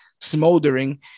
smoldering